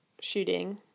shooting